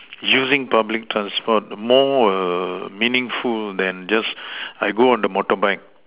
using public transport more err meaningful that just I go on the motorbike